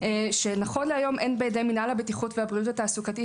ש"נכון להיום אין בידי מינהל הבטיחות והבריאות התעסוקתית